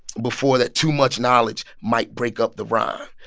before that too much knowledge might break up the rhyme.